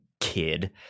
kid